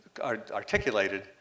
articulated